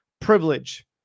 privilege